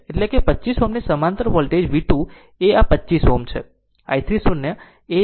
એટલે કે 25 Ω ની સમાંતર વોલ્ટેજ V2 છે આ 25 Ω છે